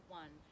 one